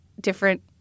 different